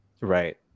right